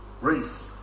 Race